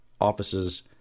offices